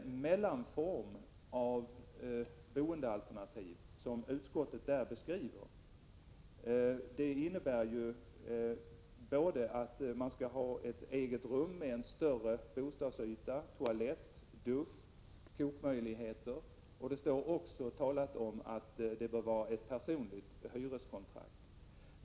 Den mellanform av boendealternativ som utskottet beskriver i sitt yttrande innebär att de äldre skall ha ett eget rum med en större bostadsyta, toalett, dusch och kokmöjligheter, och det talas också om att man bör upprätta personliga hyreskontrakt.